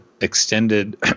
extended